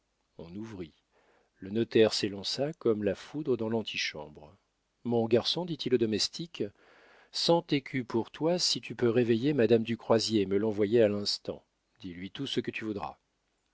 on ouvrit le notaire s'élança comme la foudre dans l'antichambre mon garçon dit-il au domestique cent écus pour toi si tu peux réveiller madame du croisier et me l'envoyer à l'instant dis-lui tout ce que tu voudras